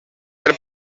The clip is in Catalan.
pel